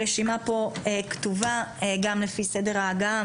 הרשימה פה כתובה גם לפי סדר ההגעה.